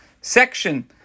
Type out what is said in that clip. section